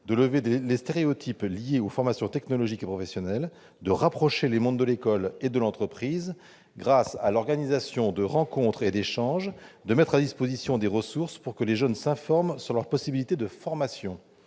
de lever les stéréotypes liés aux formations technologiques et professionnelles, de rapprocher les mondes de l'école et de l'entreprise, grâce à l'organisation de rencontres et d'échanges, et de mettre à disposition des ressources pour que les jeunes s'informent sur leurs possibilités de formation.